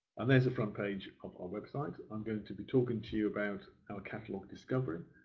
and there's the front page of our website. i'm going to be talking to you about our catalogue, discovery,